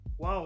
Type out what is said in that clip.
Wow